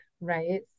right